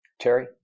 Terry